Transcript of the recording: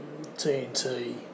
TNT